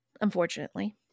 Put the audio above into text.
unfortunately